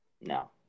No